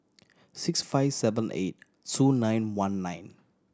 six five seven eight two nine one nine